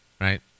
right